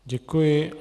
Děkuji.